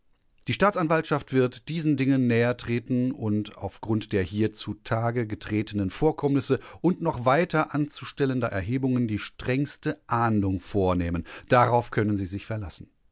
die staatsanwaltschaft wird diesen dingen nähertreten und auf grund der hier zutage getretenen vorkommnisse und noch weiter anzustellender erhebungen die strengste ahndung vornehmen darauf können sie sich verlassen